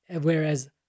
whereas